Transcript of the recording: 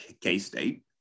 K-State